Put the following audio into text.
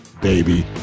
baby